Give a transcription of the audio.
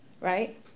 Right